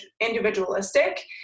individualistic